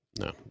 no